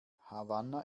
havanna